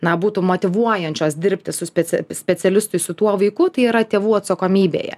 na būtų motyvuojančios dirbti su specia specialistui su tuo vaiku tai yra tėvų atsakomybėje